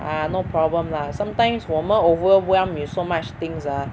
ah no problem lah sometimes 我们 overwhelm with so much things ah